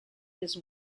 his